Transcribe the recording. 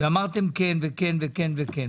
ואמרתם כן וכן וכן וכן.